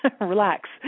relax